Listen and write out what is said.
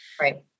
Right